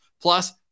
Plus